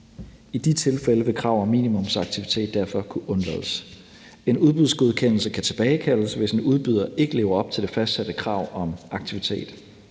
I de tilfælde vil krav om minimumsaktivitet derfor kunne undlades. En udbudsgodkendelse kan tilbagekaldes, hvis en udbyder ikke lever op til det fastsatte krav om aktivitet.